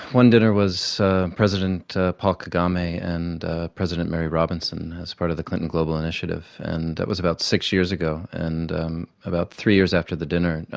one dinner was president paul kagame and president mary robinson as part of the clinton global initiative, and that was about six years ago, and about three years after the dinner and